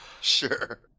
sure